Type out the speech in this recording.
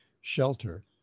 shelter